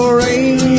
rain